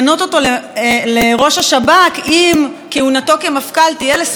השב"כ אם כהונתו כמפכ"ל תהיה לשביעות רצון מישהו לא הצליח.